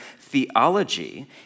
theology